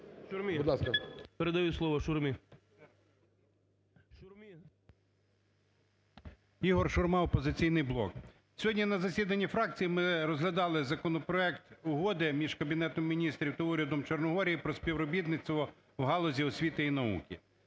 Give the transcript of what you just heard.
Передаю слово Шурмі.